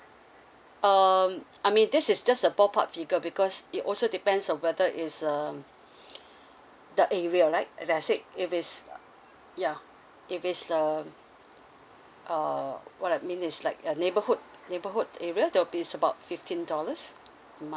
um I mean this is just a ball park figure because it also depends on whether is um the area right like I said if is yeah if it's um uh what I mean is like a neighbourhood neighbourhood area there will be about fifteen dollars more